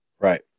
Right